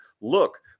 Look